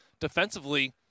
Defensively